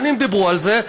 שנים דיברו על זה,